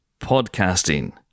podcasting